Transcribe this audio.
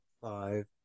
five